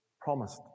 promised